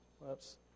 whoops